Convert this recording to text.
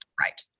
Right